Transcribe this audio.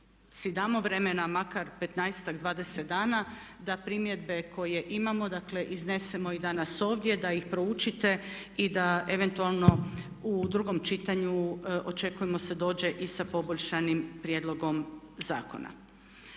si damo vremena makar 15-ak, 20 dana da primjedbe koje imamo dakle iznesemo i danas ovdje, da ih proučite i da eventualno u drugom čitanju očekujemo se dođe i sa poboljšanim prijedlogom zakona.